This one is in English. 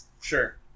Sure